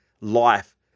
life